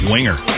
Winger